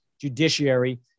judiciary